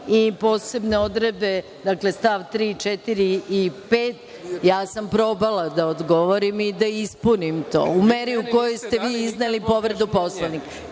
i posebne odredbe, dakle, st. 3, 4. i 5, ja sam probala da odgovorim i da ispunim to u meri u kojoj ste vi izneli povredu Poslovnika.